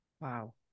Wow